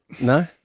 No